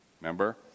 remember